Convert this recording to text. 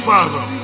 Father